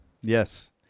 Yes